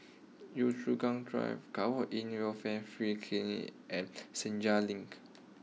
Yio Chu Kang Drive Kwan in Welfare Free Clinic and Senja Link